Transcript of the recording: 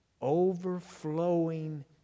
overflowing